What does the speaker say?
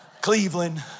Cleveland